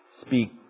speak